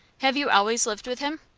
have you always lived with him?